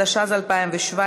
התשע"ז 2017,